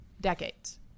decades